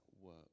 work